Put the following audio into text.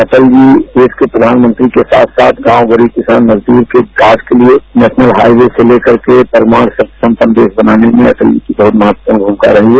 अटल जी देश के प्रधानमंत्री के साथ साथ गांव गरीब किसान मजदूर कार्य के लिए नेशनल हाईवे से लेकर परमाणु सिस्टम संदेश बनाने में अटल जी की बहुत महत्वपूर्ण भूमिका रही है